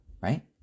right